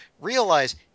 realize